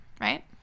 right